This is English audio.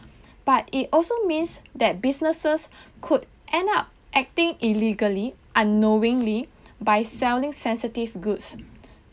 but it also means that businesses could end up acting illegally unknowingly by selling sensitive goods